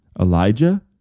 Elijah